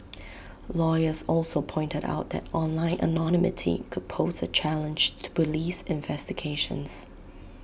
lawyers also pointed out that online anonymity could pose A challenge to Police investigations